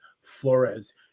flores